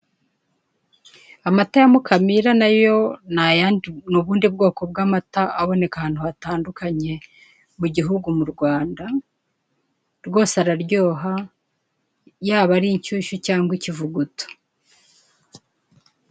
Amata ya mukamira na yo ni ubundi bwoko bw'amata aboneka ahantu hatandukanye mu gihugu mu Rwanda. Rwose araryoha yaba inshyushyu cyangwa ikivuguto.